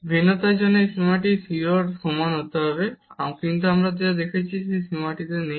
differentiability জন্য এই সীমাটি 0 এর সমান হতে হবে কিন্তু আমরা যা দেখেছি যে এই সীমাটি নেই